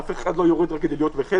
אף אחד לא יורד רק כדי להיות בחדר.